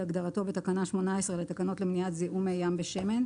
כהגדרתו בתקנה 18 לתקנות למניעת זיהום מי ים בשמן,